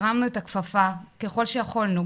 הרמנו את הכפפה ככל שיכולנו.